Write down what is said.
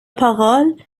parole